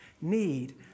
need